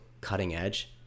cutting-edge